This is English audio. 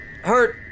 hurt